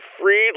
free